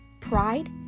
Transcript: pride